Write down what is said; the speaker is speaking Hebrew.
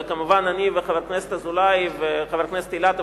וכמובן אני וחבר הכנסת אזולאי וחבר הכנסת אילטוב,